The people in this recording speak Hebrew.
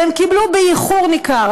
והם קיבלו באיחור ניכר,